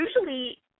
usually